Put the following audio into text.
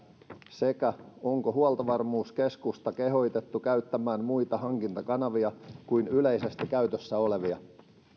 sekä onko huoltovarmuuskeskusta kehotettu käyttämään muita hankintakanavia kuin yleisesti käytössä olevia